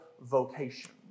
vocation